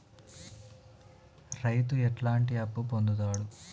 రైతు ఎట్లాంటి అప్పు పొందుతడు?